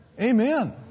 Amen